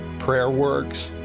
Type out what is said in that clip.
prayer works.